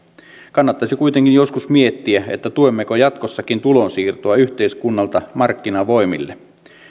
kannattaisi kuitenkin joskus miettiä tuemmeko jatkossakin tulonsiirtoa yhteiskunnalta markkinavoimille